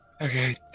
okay